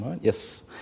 yes